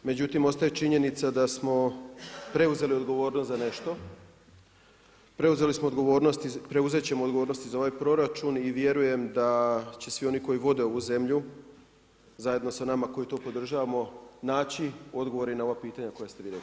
Međutim, ostaje činjenica da smo preuzeli odgovornost za nešto, preuzeli smo odgovornost i preuzet ćemo odgovornost i za ovaj proračun i vjerujem da će svi oni koji vode ovu zemlju zajedno sa nama koji to podržavamo naći odgovore i na ova pitanja koja ste vi rekli.